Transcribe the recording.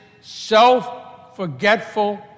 self-forgetful